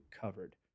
covered